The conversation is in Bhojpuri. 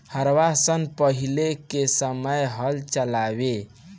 हरवाह सन पहिले के समय हल चलावें